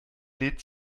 lädt